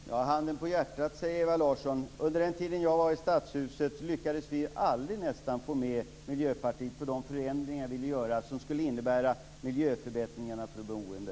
Fru talman! Handen på hjärtat, säger Ewa Larsson. Under den tiden jag var i Stadshuset lyckades vi nästan aldrig få med Miljöpartiet på de förändringar som vi ville göra som innebar miljöförbättringar för de boende.